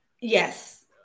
yes